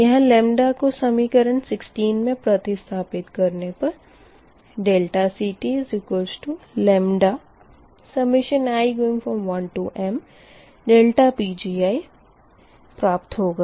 यहाँ लेमदा को समीकरण 16 मे प्रतिस्थपित करने पर CTλi1m Pgi प्राप्त होगा